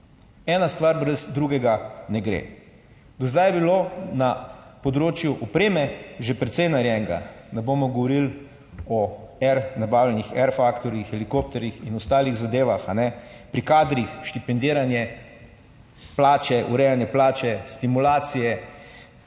Ena stvar brez drugega ne gre. Do zdaj je bilo na področju opreme že precej narejenega. Ne bomo govorili o R, nabavljenih R faktorjih, helikopterjih in ostalih zadevah, pri kadrih, štipendiranje, plače, urejanje plače, stimulacije